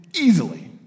easily